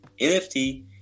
NFT